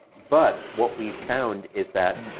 but what we found is that